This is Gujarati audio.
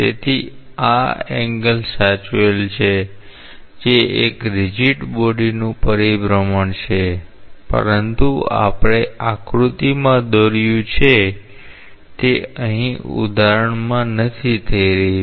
તેથી આ એંગલ સાચવેલ છે જે એક રીજીડ બોડીનુ પરિભ્રમણ છે પરંતુ આપણે આકૃતિમાં દોર્યું છે તે અહીં ઉદાહરણમાં નથી થઈ રહ્યું